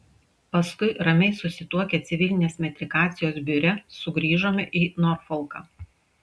paskui ramiai susituokę civilinės metrikacijos biure sugrįžome į norfolką